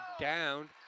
down